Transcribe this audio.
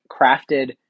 crafted